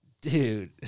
Dude